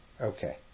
okay